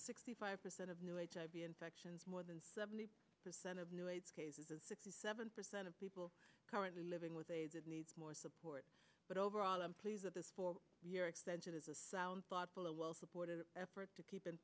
sixty five percent of new infections more than seventy percent of new aids cases and sixty seven percent of people currently living with aids need more support but overall i'm pleased that this four year extension is a sound thoughtful a well supported effort to keep in